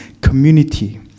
community